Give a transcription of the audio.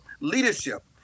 leadership